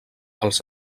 els